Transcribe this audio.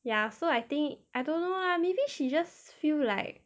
ya so I think I don't know lah maybe she just feel like